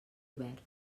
obert